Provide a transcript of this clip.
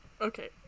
Okay